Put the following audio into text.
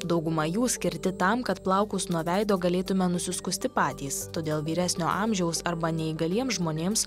dauguma jų skirti tam kad plaukus nuo veido galėtume nusiskusti patys todėl vyresnio amžiaus arba neįgaliems žmonėms